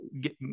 get